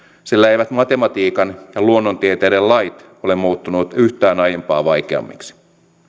sillä eivät matematiikan ja luonnontieteiden lait ole muuttuneet yhtään aiempaa vaikeammiksi